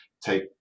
take